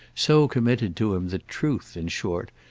so committed to him that truth, in short,